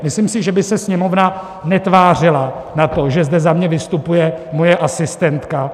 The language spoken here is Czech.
Myslím si, že by se Sněmovna netvářila na to, že zde za mě vystupuje moje asistentka.